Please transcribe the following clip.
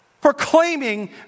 proclaiming